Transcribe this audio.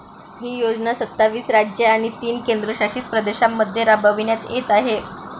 ही योजना सत्तावीस राज्ये आणि तीन केंद्रशासित प्रदेशांमध्ये राबविण्यात येत आहे